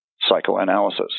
psychoanalysis